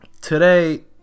today